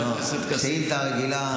שאילתה רגילה,